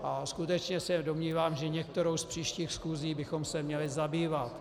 A skutečně se domnívám, že některou z příštích schůzí bychom se měli zabývat.